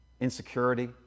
insecurity